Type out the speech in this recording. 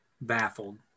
baffled